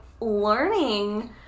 learning